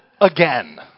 again